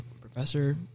Professor